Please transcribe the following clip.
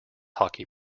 hockey